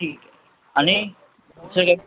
ठीक आणि सगळं